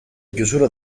chiusura